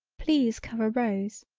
please cover rose,